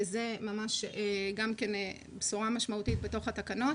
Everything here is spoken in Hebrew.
זאת גם כן בשורה משמעותית בתוך התקנות.